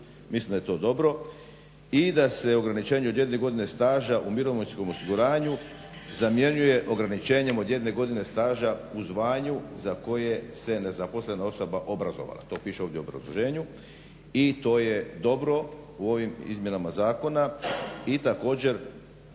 mislim da je to dobro i da se ograničenje od 1 godine staža u mirovinskom osiguranju zamjenjuje ograničenjem od 1 godine staža u zvanju za koje se nezaposlena osoba obrazovala. To piše ovdje u obrazloženju i to je dobro u ovim izmjenama zakona i također